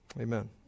Amen